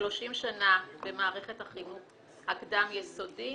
30 שנה במערכת החינוך הקדם יסודי.